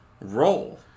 roll